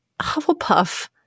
Hufflepuff